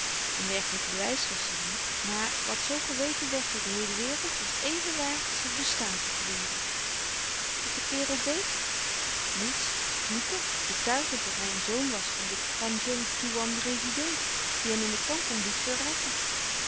een werkelijk bewijs was er niet maar wat zoo geweten werd door de heele wereld was even waar als het bestaan van de wereld wat de kerel deed niets vloeken betuigend dat hij een zoon was van den kandjeng toean residèn die hem in de kam pong liet verrekken